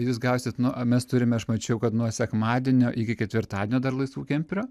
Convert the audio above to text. jūs gausite nu mes turime aš mačiau kad nuo sekmadienio iki ketvirtadienio dar laisvų kemperių